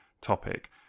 topic